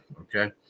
okay